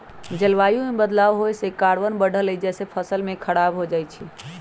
जलवायु में बदलाव होए से कार्बन बढ़लई जेसे फसल स खराब हो जाई छई